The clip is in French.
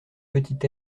petit